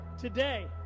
today